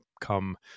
come